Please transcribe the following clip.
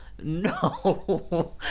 No